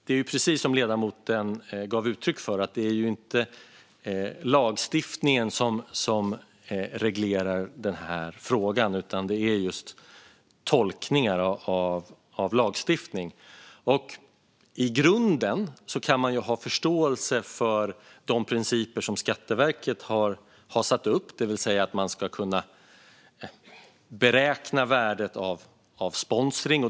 Det är, precis som ledamoten gav uttryck för, inte lagstiftningen som reglerar denna fråga, utan det handlar just om tolkning av lagstiftning. I grunden kan man ha förståelse för de principer som Skatteverket har satt upp, det vill säga att man ska kunna beräkna värdet av sponsring.